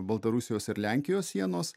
baltarusijos ir lenkijos sienos